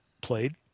played